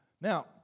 Now